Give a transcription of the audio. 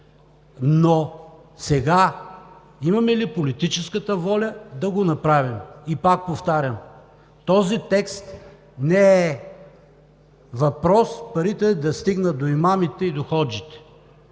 но сега имаме ли политическата воля да го направим? И, пак повтарям, с този текст не е въпрос парите да стигнат до имамите и до ходжите.